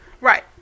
Right